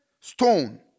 stone